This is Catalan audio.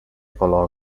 color